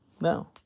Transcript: No